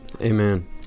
Amen